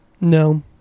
No